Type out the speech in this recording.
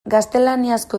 gaztelaniazko